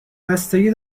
بستگی